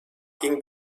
ging